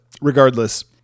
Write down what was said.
regardless